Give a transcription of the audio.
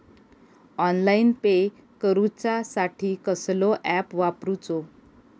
Online pay करूचा साठी कसलो ऍप वापरूचो?